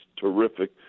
terrific